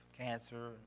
cancer